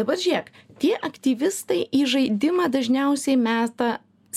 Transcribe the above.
dabar žėk tie aktyvistai į žaidimą dažniausiai meta